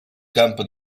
campo